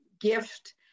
gift